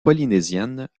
polynésiennes